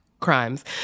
crimes